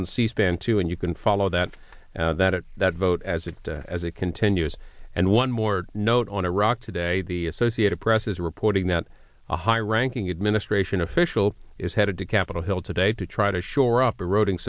on c span too and you can follow that that at that vote as it as it continues and one more note on iraq today the associated press is reporting that a high ranking administration official is headed to capitol hill today to try to shore up eroding